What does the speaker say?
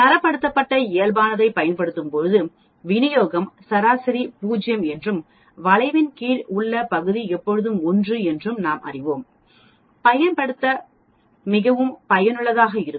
தரப்படுத்தப்பட்ட இயல்பானதைப் பயன்படுத்தும்போது விநியோகம் சராசரி 0 என்றும் வளைவின் கீழ் உள்ள பகுதி எப்போதும் 1 என்றும் நாம் அறிவோம் பயன்படுத்த மிகவும் பயனுள்ளதாக இருக்கும்